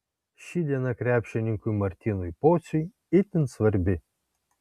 ši diena krepšininkui martynui pociui itin svarbi